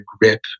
grip